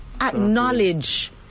Acknowledge